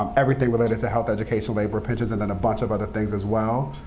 um everything related to health, education, labor, pensions, and then a bunch of other things as well.